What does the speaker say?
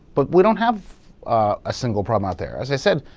but we don't have a single problem out there. as i said,